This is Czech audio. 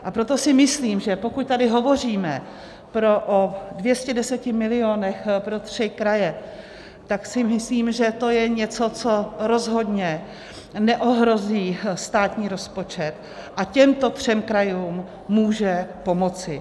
A proto si myslím, že pokud tady hovoříme o 210 milionech pro tři kraje, tak si myslím, že to je něco, co rozhodně neohrozí státní rozpočet, a těmto třem krajům může pomoci.